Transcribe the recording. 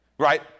right